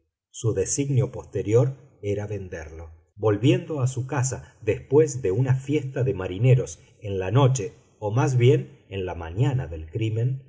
su designio posterior era venderlo volviendo a su casa después de una fiesta de marineros en la noche o más bien en la mañana del crimen